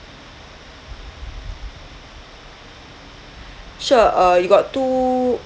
sure uh you got two